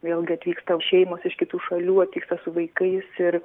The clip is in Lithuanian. vėlgi atvyksta šeimos iš kitų šalių atvyksta su vaikais ir